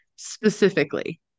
specifically